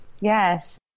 Yes